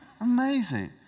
Amazing